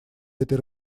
этой